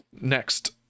Next